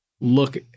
look